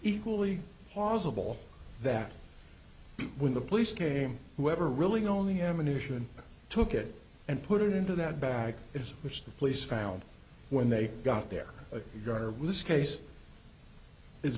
equally possible that when the police came whoever really only ammunition took it and put it into that bag is which the police found when they got there a gun or in this case is